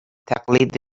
تقلید